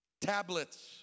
Tablets